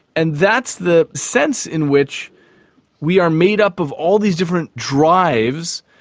and that's the sense in which we are made up of all these different drives,